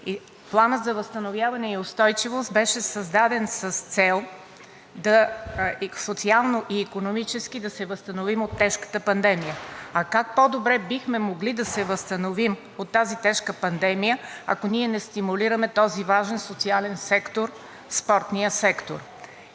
Планът за възстановяване и устойчивост беше създаден с цел социално и икономически да се възстановим от тежката пандемия, а как по-добре бихме могли да се възстановим от тази тежка пандемия, ако ние не стимулираме този важен социален сектор – спортния сектор.